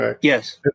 Yes